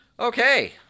Okay